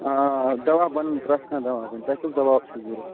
آ آ دوا بَنن پرٮ۪تھ کانٛہہ دوا بَنہِ تۄہہ کُس دوا اوسوٕ چھُ ضروٗرت